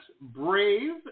Brave